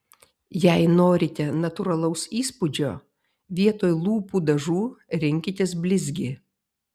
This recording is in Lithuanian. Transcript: jei norite natūralaus įspūdžio vietoj lūpų dažų rinkitės blizgį